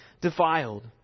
defiled